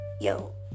Yo